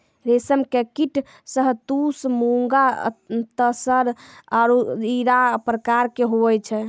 रेशम के कीट शहतूत मूंगा तसर आरु इरा प्रकार के हुवै छै